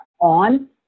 on